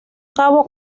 cabo